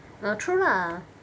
err true lah